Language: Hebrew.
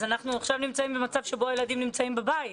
אנחנו עכשיו נמצאים במצב שבו הילדים בבית.